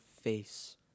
face